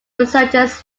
researchers